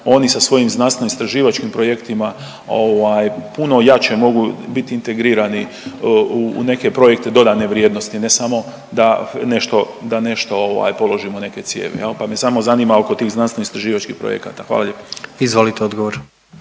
oni sa svojim znanstveno-istraživačkim projektima, ovaj, puno jače mogu biti integrirani u neke projekte dodane vrijednosti, ne samo da nešto, da nešto ovaj položimo, neke cijevi, je li, pa me samo zanima oko tih znanstveno-istraživačkih projekata. Hvala lijepo. **Jandroković,